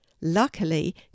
Luckily